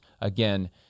again